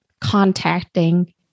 contacting